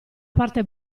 parte